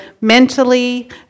mentally